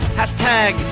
hashtag